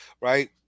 right